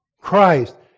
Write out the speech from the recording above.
Christ